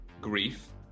grief